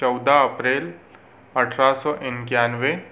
चौदह अप्रैल अठारह सौ इक्यानवे